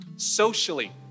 socially